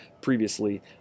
previously